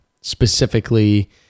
Specifically